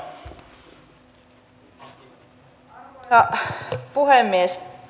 arvoisa puhemies